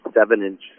seven-inch